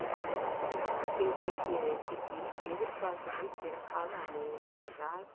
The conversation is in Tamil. நான் பின்பற்றிய ரெசிபி எதிர்பார்த்தபடி சிறப்பாக அமையவில்லை என்றால்